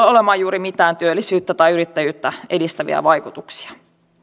olemaan juuri mitään työllisyyttä tai yrittäjyyttä edistäviä vaikutuksia